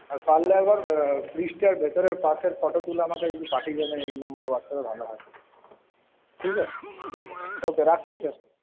আর পারলে একবার ফ্রিজটার ভেতরের পার্টসের ফটো তুলে আমাকে একটু পাঠিয়ে দেবেন এই নাম্বারে ওয়াটসঅ্যাপে ভালো হয় ঠিক আছে ঠিক আছে ওকে রাখছি স্যার